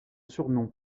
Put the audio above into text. surnom